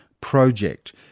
project